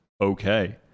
okay